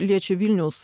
liečia vilniaus